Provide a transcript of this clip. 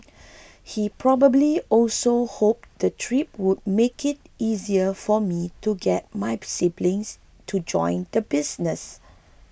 he probably also hoped the trip would make it easier for me to get my siblings to join the business